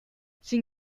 sin